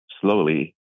slowly